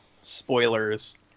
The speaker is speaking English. spoilers